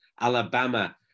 Alabama